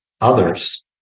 others